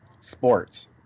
sports